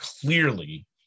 clearly